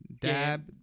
Dab